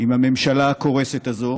עם הממשלה הקורסת הזו